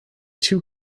two